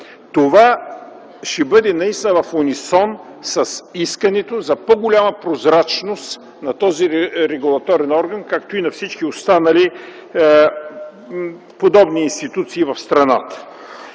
Това ще бъде наистина в унисон с искането за по-голяма прозрачност на този регулаторен орган, както и на всички останали подобни институции в страната.